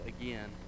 again